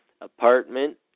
apartment